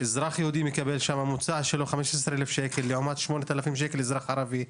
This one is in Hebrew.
אזרחי יהודי מקבל בממוצע 15,000 שקל לעומת 8,000 שקל שמקבל אזרח ערבי.